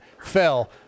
fell